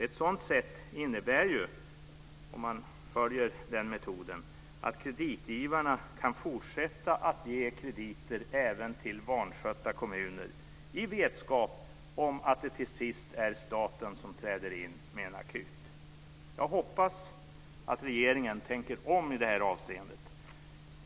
Ett sådant sätt innebär ju, om man följer den metoden, att kreditgivarna kan fortsätta ge krediter även till vanskötta kommuner i vetskap om att det till sist är staten som träder in med en akut. Jag hoppas att regeringen tänker om i det här avseendet.